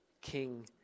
king